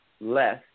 less